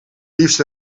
liefst